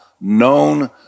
known